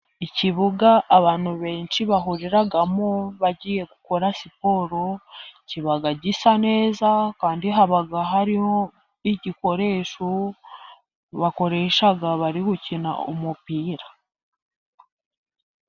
ikibuga abantu benshi bahuriramo bagiye gukora siporo, kiba gisa neza, kandi haba hariho igikoresho bakoresha bari gukina umupira.